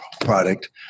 product